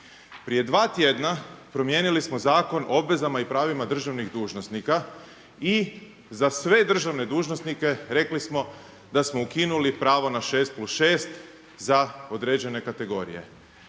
prije 2 tjedna promijenili smo Zakon o obvezama i pravima državnih dužnosnika i za sve državne dužnosnike rekli smo da smo ukinuli pravo na 6+6 za određene kategorije.